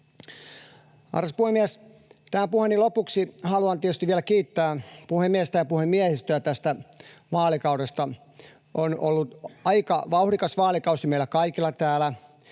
Arvoisa puhemies! Tähän puheeni lopuksi haluan tietysti vielä kiittää puhemiestä ja puhemiehistöä tästä vaalikaudesta. On ollut aika vauhdikas vaalikausi meillä kaikilla täällä,